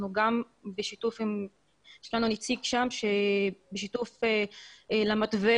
יש לנו נציג שם בשיתוף למתווה,